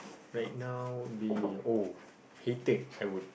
right now be oh hated I would